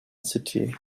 city